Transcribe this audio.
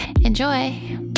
Enjoy